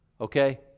Okay